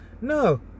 No